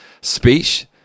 speech